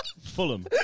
Fulham